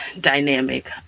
dynamic